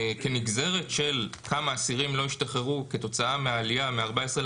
כנגזרת של כמה אסירים לא השתחררו כתוצאה מהעלייה מ-14,000